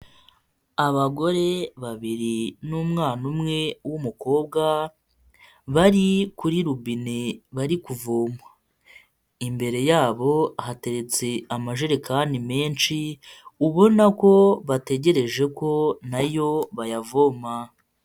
abagore babiri n'umwana umwe w'umukobwa, bari kuri rubine bari kuvoma, imbere yabo hateretse amajerekani menshi, ubona ko bategereje ko nayo bayavoma.